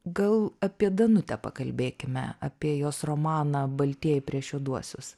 gal apie danutę pakalbėkime apie jos romaną baltieji prieš juoduosius